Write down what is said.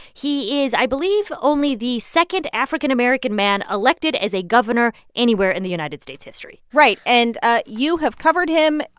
he is, i believe, only the second african american man elected as a governor anywhere in the united states' history right, and ah you have covered him.